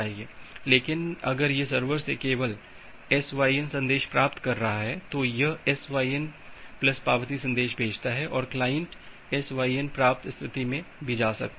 लेकिन अगर यह सर्वर से केवल SYN संदेश प्राप्त कर रहा है तो यह SYN प्लस पावती संदेश भेजता है और क्लाइंट SYN प्राप्त स्थिति में भी जा सकता है